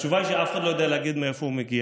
התשובה היא שאף אחד לא יודע להגיד מאיפה הוא מגיע.